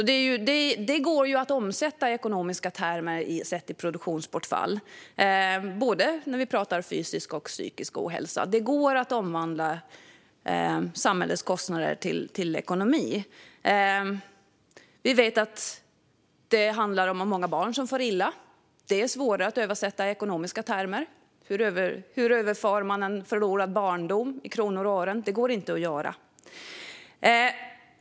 Detta går alltså att omsätta i ekonomiska termer, sett i produktionsbortfall. Det handlar om både fysisk och psykisk ohälsa. Det går att omvandla samhällets kostnader till ekonomi. Vi vet att det är många barn som far illa. Det är svårare att översätta till ekonomiska termer. Hur mäter man en förlorad barndom i kronor och ören? Det går inte att göra.